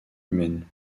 humaine